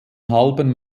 halben